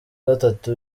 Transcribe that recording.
gatatu